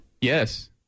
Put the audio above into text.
Yes